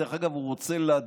דרך אגב, הוא רוצה לדעת